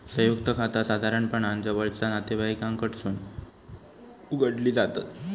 संयुक्त खाता साधारणपणान जवळचा नातेवाईकांकडसून उघडली जातत